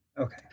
Okay